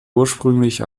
ursprünglich